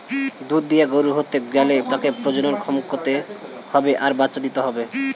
দুধ দিয়া গরু হতে গ্যালে তাকে প্রজনন ক্ষম হতে হবে আর বাচ্চা দিতে হবে